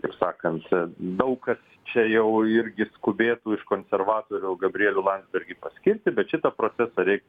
taip sakant daug kas čia jau irgi skubėtų ir konservatorių gabrielių landsbergį paskirti bet šitą procesą reik